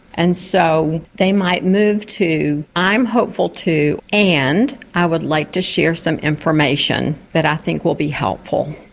and so they might move to, i'm hopeful too, and i would like to share some information that i think will be helpful.